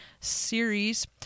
series